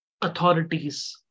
authorities